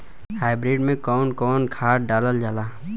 Hybrid में कउन कउन खाद डालल जाला?